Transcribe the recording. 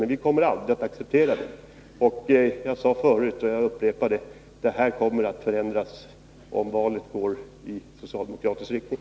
Men vi kommer aldrig att acceptera den. Jag sade tidigare, och jag upprepar det: Det här kommer att förändras om valet utfaller till socialdemokratisk favör.